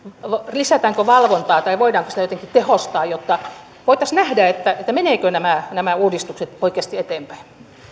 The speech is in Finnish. lisätäänkö valvontaa tai voidaanko sitä jotenkin tehostaa jotta voitaisiin nähdä että menevätkö nämä nämä uudistukset oikeasti eteenpäin